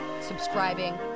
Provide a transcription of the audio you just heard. subscribing